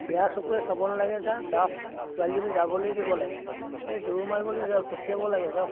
বেয়া চকুৱে চাব নালাগে যা যাওক ছোৱালীজনী যাবলৈ দিব লাগে এই দৌৰ মাৰিবলৈ যায় পঠিয়াব লাগে যাওক